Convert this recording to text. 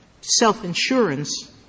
self-insurance